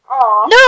No